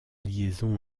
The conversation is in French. liaison